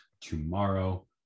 tomorrow